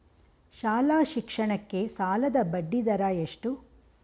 ಶಾಲಾ ಶಿಕ್ಷಣಕ್ಕೆ ಸಾಲದ ಬಡ್ಡಿದರ ಎಷ್ಟು?